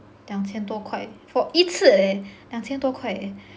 两千多块 for 一次 eh 两千多块